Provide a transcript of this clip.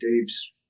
Dave's